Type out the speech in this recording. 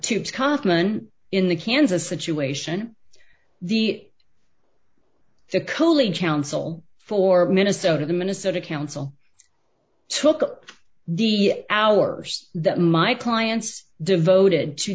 common in the kansas situation the the coolie counsel for minnesota the minnesota council took the hours that my clients devoted to